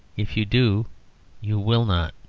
if you do you will not.